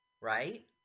right